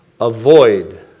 avoid